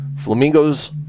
Flamingos